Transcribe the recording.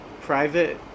private